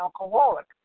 alcoholic